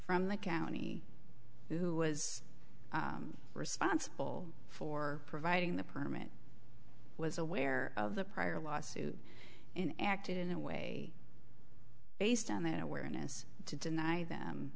from the county who was responsible for providing the permit was aware of the prior lawsuit and acted in a way based on that awareness to deny them